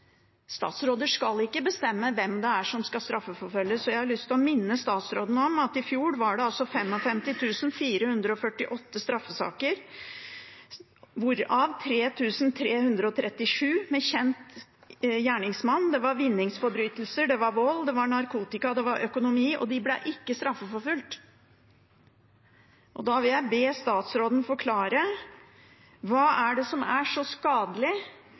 Statsråder skal ikke bestemme hvem det er som skal straffeforfølges. Jeg har lyst til å minne statsråden om at i fjor var det 55 448 straffesaker, hvorav 3 337 med kjent gjerningsmann. Det var vinningsforbrytelser, det var vold, det var narkotika, det var økonomi, og de ble ikke straffeforfulgt. Da vil jeg be statsråden forklare hva det er som er så skadelig